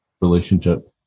relationship